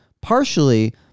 partially